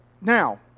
Now